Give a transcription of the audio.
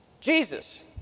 Jesus